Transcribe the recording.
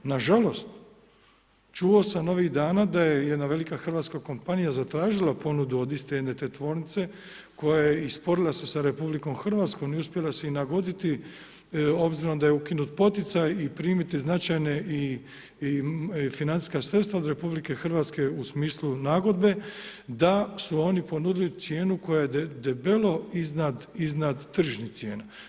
Nažalost čuo sam ovih dana da je jedna velika hrvatska kompanija zatražila ponudu od iste jedne te tvornice koja je i sporila se sa RH i uspjela se i nagoditi obzirom da je ukinut poticaj i primiti značajne i financijska sredstva od RH u smislu nagodbe da su oni ponudili cijenu koja je debelo iznad tržišnih cijena.